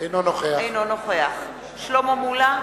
אינו נוכח שלמה מולה,